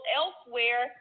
elsewhere